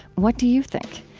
what do you think?